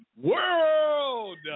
world